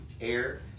air